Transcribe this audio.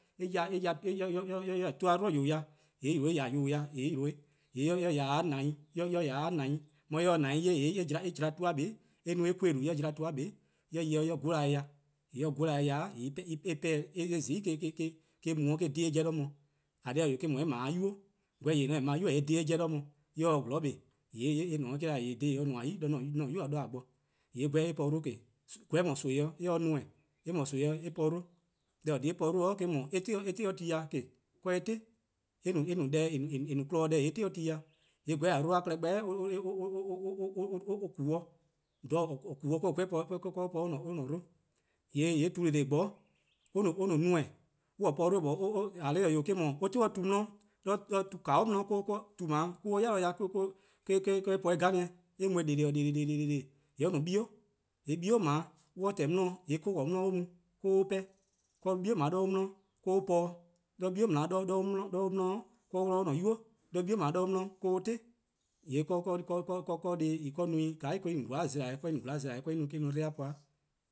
:mor eh mu eh :ya tu-a 'dlu yuh :daa 'ya; eh :ya yuh :daa ya, :yee' eh :ya 'de :name, eh :ya 'de :name, mor eh se neh 'ye :yee eh 'jla tu-a ma+ eh no-eh 'koor-dlu:+ eh 'jla tu-a 'ma+ eh ya-ih 'de eh 'gola-ih' dih, :yee' mor 'gola-ih dih, :yee' eh :zai eh mu 'de eh :eh 'dhen-eh 'jeh 'weh 'de mor. :eh :korn dhih eh 'wee, eh :mor eh 'ble 'nynuu:, 'gweh :yeh :eh 'ble-a 'nynuu' :yee' eh 'dhen eh 'jeh 'weh 'de mor, :mor eh se 'zorn 'kpa :yee' eh dhle-' eh 'da 'de nmor 'yi 'do :mor-: 'dekorn: 'an-a'a: 'nynuu: :a bo, :yee' 'gweh eh po 'dle :ke 'gweh :mor nimi 'o eh :se neme, eh mor nimi 'o eh po. Deh :eh :korn-a dhih eh po-a eh 'dhu eh 'ti 'de tu+ ya :ke, 'de eh 'ti, eh no deh :eh no-a kpon-deh :yee' eh 'ti 'de ti ya, :yee' 'gweh-a 'dle-a klehkpeh or ku-dih, :dha :or ku-a 'de 'gweh-a po-dih eh-' 'dle. :yee' ti-a bele-gboor or no neme or-a po 'dle, :eh :korn dhih 'wee', eh 'dhu on 'ti 'de tu 'di, 'de tu :kau' 'di, tu :dao' mo-" eh 'ya ya 'de eh po eh 'geh, :yee' eh mu-uh bele :belelele: :yee' on no 'bi, :yee' 'bie' :dao' :mor or :tehn 'di, :yee' 'de 'bie' :dao' 'di 'de or mu or 'pehn, 'de 'bie' :dao' 'de or 'di 'de or 'wluh-dih or-a'a: 'nynuu', 'de 'bie' :dao' 'de 'de or 'ti, :yee' :ka neme no zorn-dih zela-eh :ka en no 'dle+-a po-a. e'